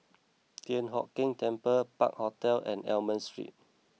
Thian Hock Keng Temple Park Hotel and Almond Street